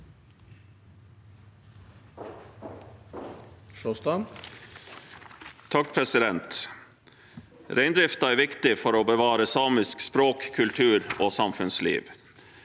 (A) Reindriften er viktig for å bevare samisk språk, kultur og samfunnsliv.